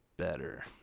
better